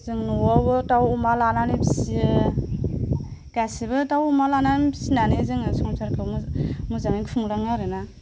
जों न'आवबो दाउ अमा लानानै फियो गासिबो दाउ अमा लानानै फिनानै जोङो संसारखौ मोजाङै खुंलाङो आरोना